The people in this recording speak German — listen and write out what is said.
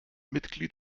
mitglied